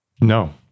No